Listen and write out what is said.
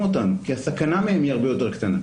אותנו כי הסכנה מהם היא הרבה יותר קטנה.